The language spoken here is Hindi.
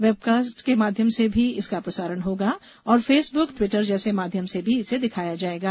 बेवकॉस्ट के माध्यम से भी इसका प्रसारण होगा और फेसबुक ट्विटर जैसे माध्यम से भी इसे दिखाएंगे